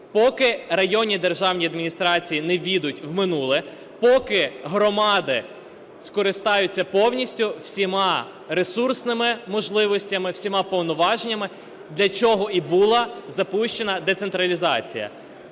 поки районні державні адміністрації не підуть у минуле, поки громади скористаються повністю всіма ресурсними можливостями, всіма повноваженнями, для чого і була запущена децентралізація.